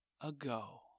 ago